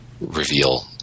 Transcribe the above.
reveal